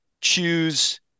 choose